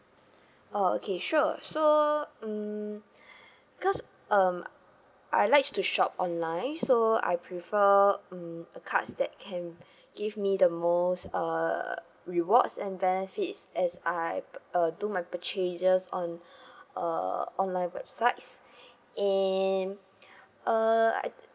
oh okay sure so mm because um I like to shop online so I prefer mm a card that can give me the most uh rewards and benefits as I uh do my purchases on uh online websites and uh I